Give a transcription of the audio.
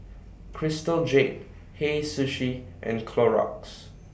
Crystal Jade Hei Sushi and Clorox